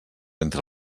entre